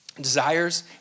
desires